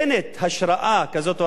במירכאות כפולות ומכופלות,